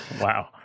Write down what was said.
wow